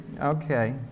okay